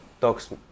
talks